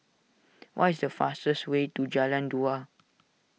what is the fastest way to Jalan Dua